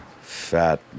fat